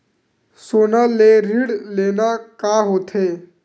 सोना ले ऋण लेना का होथे?